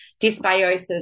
Dysbiosis